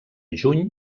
juny